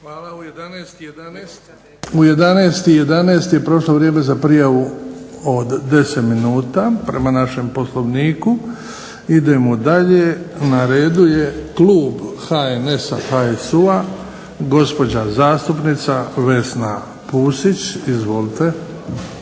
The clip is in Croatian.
Hvala. U 11,11 je prošlo vrijeme za prijavu od 10 minuta prema našem Poslovniku. Idemo dalje. Na redu je klub HNS-a, HSU-a gospođa zastupnica Vesna Pusić. Izvolite.